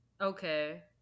Okay